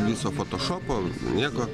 viso fotošopo nieko